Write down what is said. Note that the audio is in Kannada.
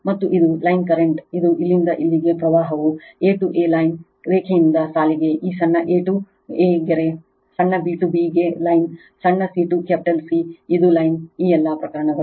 ಮತ್ತು ಇದು ಲೈನ್ ಕರೆಂಟ್ ಇದು ಇಲ್ಲಿಂದ ಇಲ್ಲಿಗೆ ಪ್ರವಾಹವು a ಟು A ಲೈನ್ ರೇಖೆಯಿಂದ ಸಾಲಿಗೆ ಈ ಸಣ್ಣ a ಟು A ಗೆರೆ ಸಣ್ಣ b ಟು B ಗೆ ಲೈನ್ ಸಣ್ಣ c ಟು ಕ್ಯಾಪಿಟಲ್ C ಇದು ಲೈನ್ ಈ ಎಲ್ಲಾ ಪ್ರಕರಣಗಳು